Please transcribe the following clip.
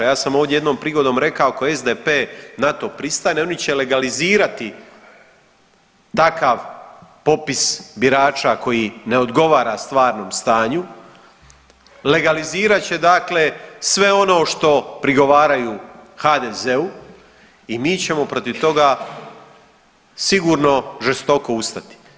Ja sam ovdje jednom prigodom rekao ako SDP na to pristane, oni će legalizirati takav popis birača koji ne odgovara stvarnom stanju, legalizirat će dakle sve ono što prigovaraju HDZ-u i mi ćemo protiv toga sigurno žestoko ustati.